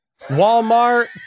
Walmart